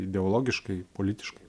ideologiškai politiškai